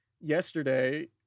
yesterday